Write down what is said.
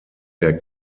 der